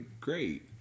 great